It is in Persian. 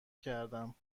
کردم